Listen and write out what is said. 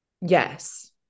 Yes